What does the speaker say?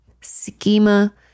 schema